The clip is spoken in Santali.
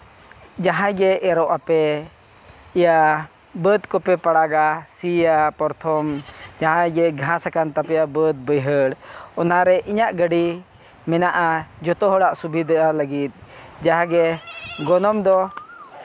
ᱡᱟᱦᱟᱸᱭ ᱜᱮ ᱮᱨᱚᱜ ᱟᱯᱮ ᱤᱭᱟᱹ ᱵᱟᱹᱫᱽ ᱠᱚᱯᱮ ᱯᱟᱲᱟᱜᱟ ᱥᱤᱭᱟ ᱯᱚᱨᱛᱚᱢ ᱡᱟᱦᱟᱸᱭ ᱜᱮ ᱜᱷᱟᱥ ᱠᱟᱱ ᱛᱟᱯᱮᱭᱟ ᱵᱟᱹᱫᱽ ᱵᱟᱹᱭᱦᱟᱹᱲ ᱚᱱᱟ ᱨᱮ ᱤᱧᱟᱹᱜ ᱜᱟᱹᱰᱤ ᱢᱮᱱᱟᱜᱼᱟ ᱡᱚᱛᱚ ᱦᱚᱲᱟᱜ ᱥᱩᱵᱤᱫᱷᱟ ᱞᱟᱹᱜᱤᱫ ᱡᱟᱦᱟᱸ ᱜᱮ ᱜᱚᱱᱚᱝ ᱫᱚ